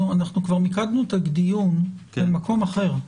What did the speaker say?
אנחנו כבר מיקדנו את הדיון למקום אחר.